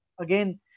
again